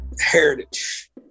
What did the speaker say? heritage